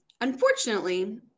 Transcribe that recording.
unfortunately